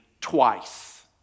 twice